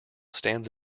stands